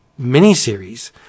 miniseries